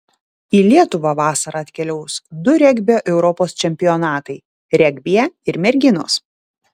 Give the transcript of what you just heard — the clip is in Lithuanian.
į lietuvą vasarą atkeliaus du regbio europos čempionatai regbyje ir merginos